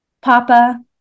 Papa